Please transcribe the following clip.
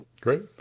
Great